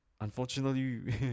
Unfortunately